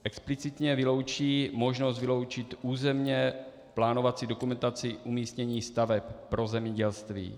Explicitně vyloučí možnost vyloučit územně plánovací dokumentaci umístění staveb pro zemědělství.